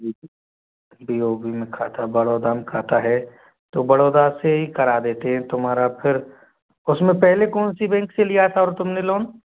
जी B O B में खाता बड़ौदा में खाता है तो बड़ौदा से ही करा देते हैं तुम्हारा फिर उसमें पेहले कौन सी बैंक से लिया था और तुमने लोन